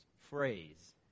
phrase